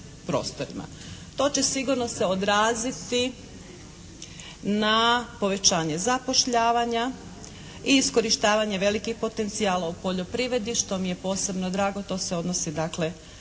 To će sigurno se odraziti na povećanje zapošljavanja i iskorištavanje velikih potencijala u poljoprivredi, što mi je posebno drago. To se odnosi dakle,